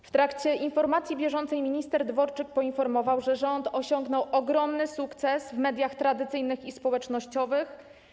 W trakcie omawiania informacji bieżącej minister Dworczyk poinformował, że rząd osiągnął ogromny sukces w mediach tradycyjnych i społecznościowych.